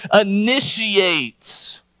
initiates